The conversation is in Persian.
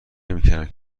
نمیکردم